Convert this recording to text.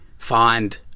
find